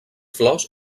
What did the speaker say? flors